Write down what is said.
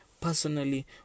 personally